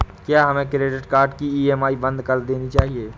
क्या हमें credit card की ई.एम.आई बंद कर देनी चाहिए?